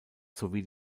sowie